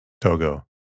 Togo